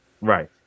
Right